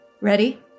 Ready